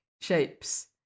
shapes